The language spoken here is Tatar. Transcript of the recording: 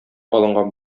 алынган